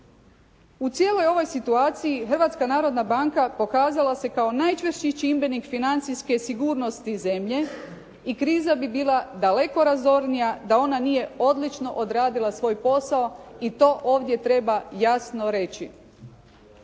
U cijeloj ovoj situaciji, Hrvatska narodna banka pokazala se kao najčvršći čimbenik financijske sigurnosti zemlje i kriza bi bila daleko razornija da ona nije odlično odradila svoj posao i to ovdje treba jasno reći.